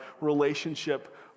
relationship